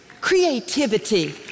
creativity